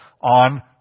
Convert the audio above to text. on